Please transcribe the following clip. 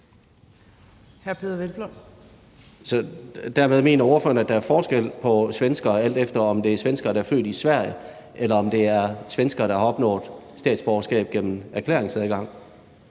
der er forskel på svenskere, alt efter om det er svenskere, der er født i Sverige, eller svenskere, der har opnået statsborgerskab gennem erklæringsadgang.